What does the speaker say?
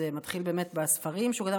זה מתחיל באמת בספרים שהוא כתב.